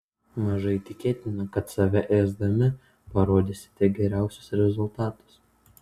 mažai tikėtina kad save ėsdami parodysite geriausius rezultatus